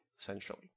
essentially